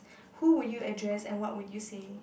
who will you address and what would you say